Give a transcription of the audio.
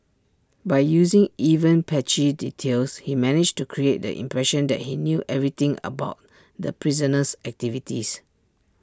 by using even patchy details he managed to create the impression that he knew everything about the prisoner's activities